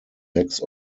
sechs